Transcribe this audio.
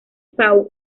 pau